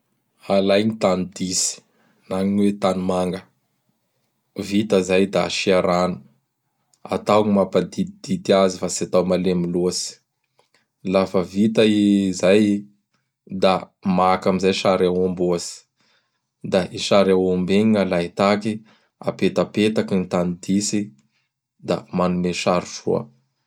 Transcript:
Alay gny tany ditsy, na gny hoe tany manga. Vita zay da asia rano. Atao gny mampaditidity azy fa tsy atao malemy loatsy. Lafa vita i zay da maka ami zay sary Aomby ohatsy, da i sary aomby igny gn' alay tahaky. Apetapetaky gny tany ditsy; da manome sary soa.